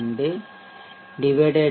32 1